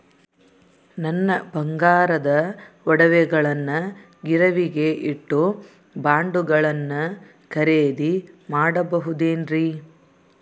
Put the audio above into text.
ನನ್ನ ಬಂಗಾರದ ಒಡವೆಗಳನ್ನ ಗಿರಿವಿಗೆ ಇಟ್ಟು ಬಾಂಡುಗಳನ್ನ ಖರೇದಿ ಮಾಡಬಹುದೇನ್ರಿ?